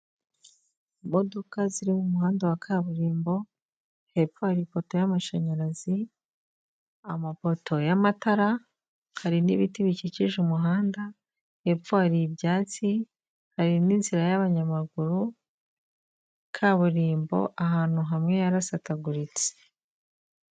Imodoka ziri mumuhanda wa kaburimbo, hepfo hari ipoto y'amashanyarazi, amapoto y'amatara, hari n'ibiti bikikije umuhanda, hepfo hari ibyatsi, hari n'inzira y'abanyamaguru, kaburimbo ahantu hamwe yarasataguritse.